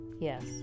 yes